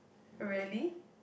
really